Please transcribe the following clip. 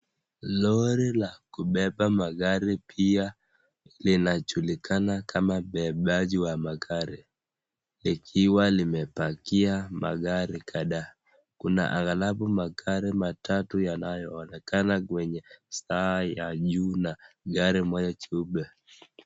Lori la kubeba magari pia linajulikana kama bebaji la magari, likiwa limepakia magari kadhaa, kuna angalabu magari matatu yanayoonekana kwenye staa ya juu na gari moja jeupe.